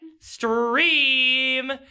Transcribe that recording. stream